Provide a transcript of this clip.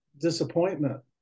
disappointment